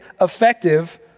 effective